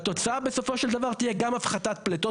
והתוצאה בסופו של דבר תהיה גם הפחתת פליטות